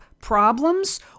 problems